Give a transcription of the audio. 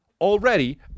Already